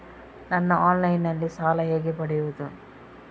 ನಾನು ಆನ್ಲೈನ್ನಲ್ಲಿ ಸಾಲ ಹೇಗೆ ಪಡೆಯುವುದು?